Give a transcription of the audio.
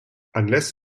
unless